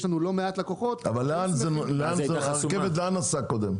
יש לנו לא מעט לקוחות- -- לאן הרכבת נסעה קודם?